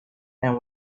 and